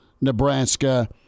Nebraska